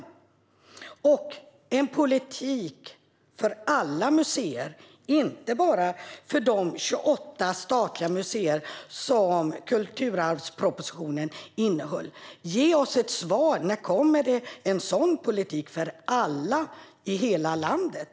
Vidare finns frågan om en politik för alla museer, inte bara för de 28 statliga museer som kulturarvspropositionen innehöll. Ge oss ett svar! När kommer en politik för alla i hela landet?